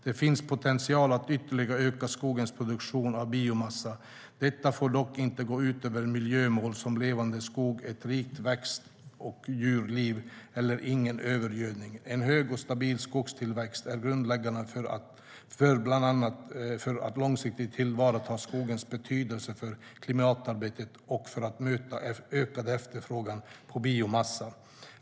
Det finns potential att ytterligare öka skogens produktion av biomassa. Detta får dock inte gå ut över miljömål som Levande skogar, Ett rikt växt och djurliv eller Ingen övergödning. En hög och stabil skogstillväxt är grundläggande bland annat för att långsiktigt tillvarata skogens betydelse för klimatarbetet och för att möta ökad efterfrågan på biomassa.